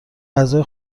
غذای